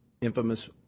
infamous